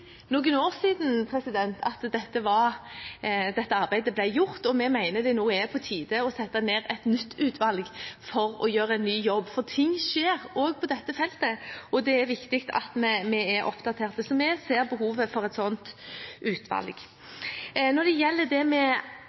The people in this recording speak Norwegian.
dette arbeidet ble gjort, og vi mener det nå er på tide å sette ned et nytt utvalg for å gjøre en ny jobb. Ting skjer, også på dette feltet, og det er viktig at vi er oppdatert. Så vi ser behovet for et slikt utvalg. Når det gjelder forslag II til vedtak i sak nr. 8, om arbeidet med